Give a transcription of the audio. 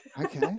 Okay